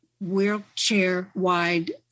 wheelchair-wide